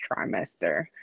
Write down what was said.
trimester